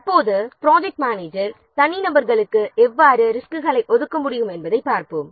இப்போது project manager தனிநபர்களுக்கு எவ்வாறு ரிஸ்க்குகளை ஒதுக்க முடியும் என்பதைப் பார்ப்போம்